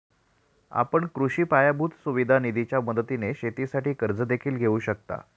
आपण कृषी पायाभूत सुविधा निधीच्या मदतीने शेतीसाठी कर्ज देखील घेऊ शकता